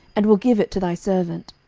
and will give it to thy servant.